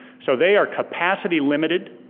so they are capacity limited,